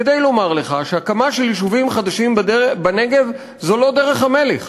כדי לומר לך שהקמה של יישובים חדשים בנגב זו לא דרך המלך,